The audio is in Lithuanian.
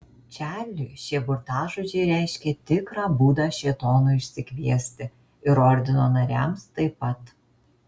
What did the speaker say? čarliui šie burtažodžiai reiškė tikrą būdą šėtonui išsikviesti ir ordino nariams taip pat